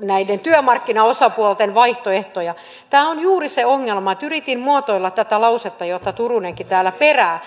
näiden työmarkkinaosapuolten vaihtoehtoja tämä on juuri se ongelma yritin muotoilla tätä lausetta jota turunenkin täällä perää